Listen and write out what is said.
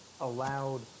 allowed